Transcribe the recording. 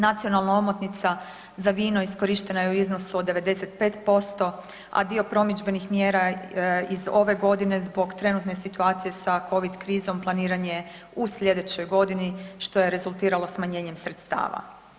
Nacionalna omotnica za vino iskorištena je u iznosu od 95%, a dio promidžbenih mjera iz ove godine zbog trenutne situacije sa Covid krizom planiran je u sljedećoj godini što je rezultiralo smanjenjem sredstava.